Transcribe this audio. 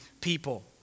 people